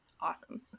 awesome